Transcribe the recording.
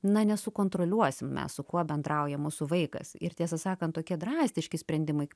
na nesukontroliuosim mes su kuo bendrauja mūsų vaikas ir tiesą sakant tokie drastiški sprendimai